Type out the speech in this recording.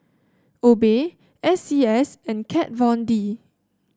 Obey S C S and Kat Von D